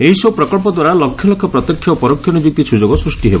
ଏହିସବ୍ ପ୍ରକଳ୍ପଦ୍ୱାରା ଲକ୍ଷ ପ୍ରତ୍ୟକ୍ଷ ଓ ପରୋକ୍ଷ ନିଯୁକ୍ତି ସୁଯୋଗ ସୃଷ୍ଟି ହେବ